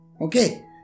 Okay